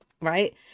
right